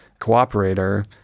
cooperator